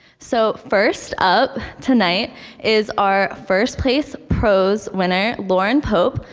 so first up tonight is our first-place prose winner, lauren pope,